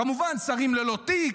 כמובן, שרים ללא תיק.